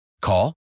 Call